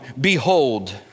behold